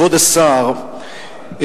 כבוד השר,